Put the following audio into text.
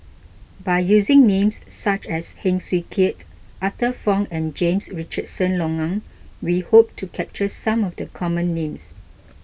by using names such as Heng Swee Keat Arthur Fong and James Richardson Logan we hope to capture some of the common names